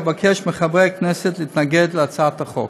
אבקש מחברי הכנסת להתנגד להצעת החוק.